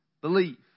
belief